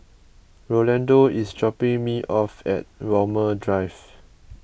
Rolando is dropping me off at Walmer Drive